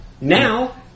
Now